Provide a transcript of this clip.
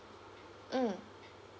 mm